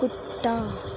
کتا